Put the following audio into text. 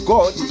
God